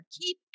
Keep